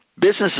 Businesses